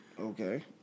Okay